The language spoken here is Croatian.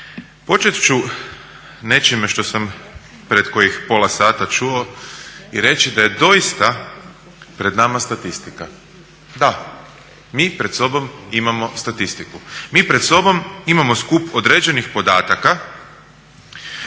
Počet ću nečime što sam pred kojih pola sata čuo i reći da je doista pred nama statistika. Da mi pred sobom imamo statistiku, mi pred sobom imamo skup određenih podataka